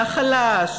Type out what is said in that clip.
והחלש,